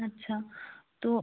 আচ্ছা তো